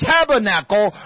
Tabernacle